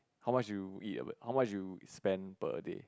how much you eat how much you spend per day